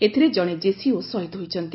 ଏଥିରେ ଜଣେ ଜେସିଓ ଶହୀଦ ହୋଇଛନ୍ତି